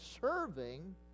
serving